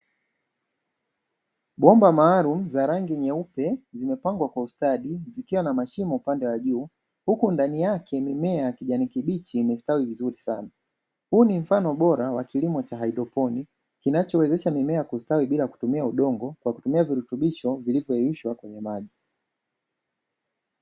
Bomba maalumu za rangi nyeupe zimepangwa kwa ustadi, zikiwa na mashimo upande wa juu, huku ndani yake mimea ya kijani kibichi imestawi vizuri sana. Huu ni mfano bora wa kilimo cha hydoponi, kinachowezesha mimea kustawi bila udongo kwa kutumia virutubisho vilivyoyeyushwa kwenye maji.